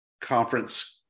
Conference